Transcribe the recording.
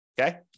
okay